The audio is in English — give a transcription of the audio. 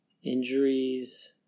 Injuries